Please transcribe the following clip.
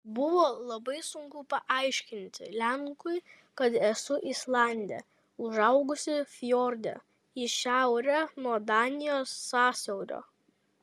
buvo labai sunku paaiškinti lenkui kad esu islandė užaugusi fjorde į šiaurę nuo danijos sąsiaurio